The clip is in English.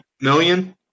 million